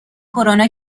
کرونا